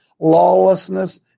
Lawlessness